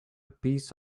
piece